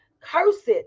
Cursed